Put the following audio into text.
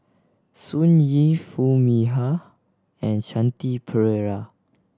Sun Yee Foo Mee Har and Shanti Pereira